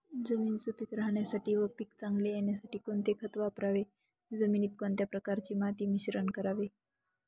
जमीन सुपिक राहण्यासाठी व पीक चांगले येण्यासाठी कोणते खत वापरावे? जमिनीत कोणत्या प्रकारचे माती मिश्रण करावे?